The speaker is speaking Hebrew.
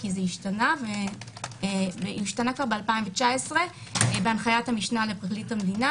כי זה השתנה כבר ב-2019 בהנחיית המשנה לפרקליט המדינה